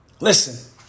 Listen